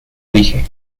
dije